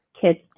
kids